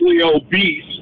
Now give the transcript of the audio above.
obese